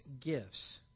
gifts